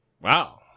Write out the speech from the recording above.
Wow